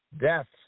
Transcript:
deaths